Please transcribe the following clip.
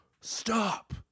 stop